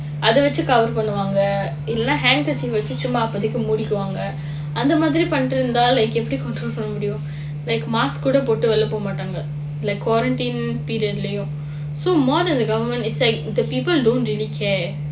அத வச்சி:atha vachi cover பண்ணூவாங்க இல்லனா:pannuvaanga illanaa hankerchief வச்சி சும்மா அப்பதிக்கி மூடிக்குவாங்க அந்த மாதிரி பண்ணிகிட்டு இருந்தா:vachi chumma appatikki moodikkuvaanga antha maatiri pannikittu iruntaa like எப்டி:epdi control பண்ண முடியும்:panna mudiyum like mask கூட போட்டு வெளிலே போகமாட்டாங்க:kuda pottu velilae pogamaattaanga quarantine period um so more than the government is like the people don't really care